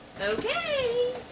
Okay